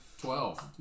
Twelve